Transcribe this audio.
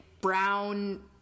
brown